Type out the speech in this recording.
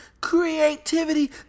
creativity